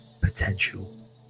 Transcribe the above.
potential